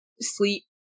sleep